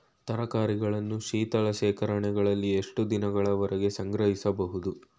ತರಕಾರಿಗಳನ್ನು ಶೀತಲ ಶೇಖರಣೆಗಳಲ್ಲಿ ಎಷ್ಟು ದಿನಗಳವರೆಗೆ ಸಂಗ್ರಹಿಸಬಹುದು?